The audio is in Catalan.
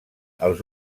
els